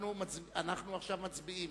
אנחנו מצביעים